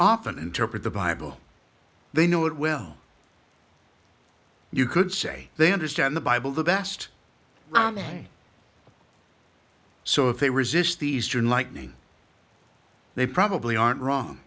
often interpret the bible they know it well you could say they understand the bible the best so if they resist the eastern lightning they probably aren't wrong